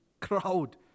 crowd